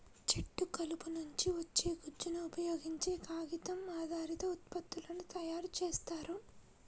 చెట్టు కలప నుంచి వచ్చే గుజ్జును ఉపయోగించే కాగితం ఆధారిత ఉత్పత్తులను తయారు చేస్తారు